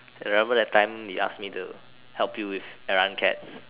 remember that time he ask me to help you with errand cats